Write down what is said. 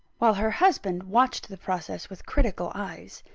while her husband watched the process with critical eyes.